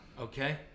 okay